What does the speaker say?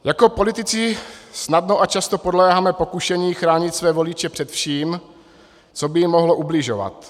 Jako politici snadno a často podléháme pokušení chránit své voliče před vším, co by jim mohlo ubližovat.